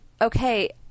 Okay